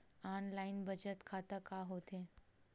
Online बचत खाता का होथे?